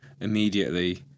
immediately